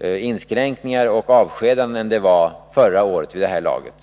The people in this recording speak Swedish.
inskränkningar och avskedanden än det var förra året vid det här laget.